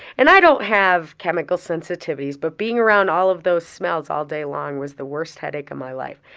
and i don't have chemical sensitivities but being around all of those smells all day long was the worst headache of my life.